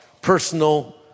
Personal